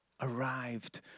arrived